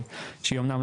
שהיא אומנם,